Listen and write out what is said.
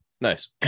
nice